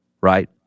Right